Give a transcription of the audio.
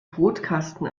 brotkasten